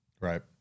Right